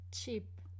cheap